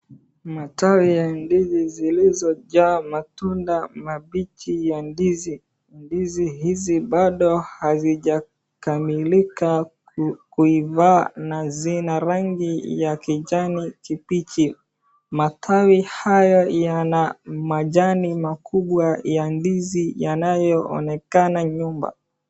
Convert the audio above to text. Matawi ya ndizi zilizojaa matunda mabichi ya ndizi. Mandizi hizi bado hazijakamilika ku, kuiva na zina rangi ya kijani kibichi. Matawi haya yana majani makubwa ya ndizi yanayoonekana nyumba.